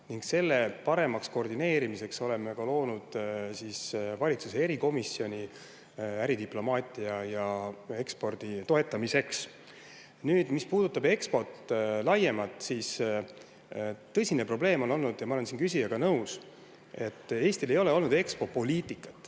ning selle paremaks koordineerimiseks oleme loonud valitsuse erikomisjoni äridiplomaatia ja ekspordi toetamiseks. Nüüd, mis puudutab EXPO-t laiemalt, siis tõsine probleem on olnud, ja ma olen siin küsijaga nõus, et Eestil ei ole olnud EXPO-poliitikat.